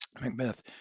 macbeth